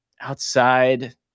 outside